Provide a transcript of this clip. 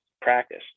practice